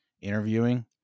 interviewing